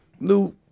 new